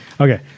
Okay